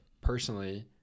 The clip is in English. personally